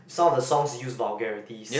some of the songs use vulgarities